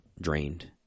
drained